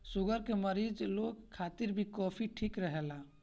sugar के मरीज लोग खातिर भी कॉफ़ी ठीक रहेला